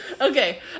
Okay